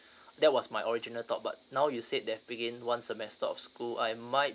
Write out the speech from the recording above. that was my original tought but now you say that begin one semester of school I might